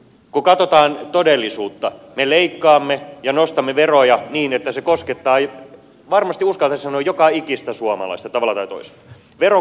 kun katsotaan todellisuutta me leikkaamme ja nostamme veroja niin että se koskettaa varmasti uskaltaisin sanoa joka ikistä suomalaista tavalla tai toisella